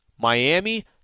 Miami